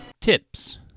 Tips